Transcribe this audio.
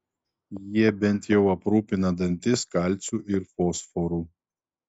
jie bent jau aprūpina dantis kalciu ir fosforu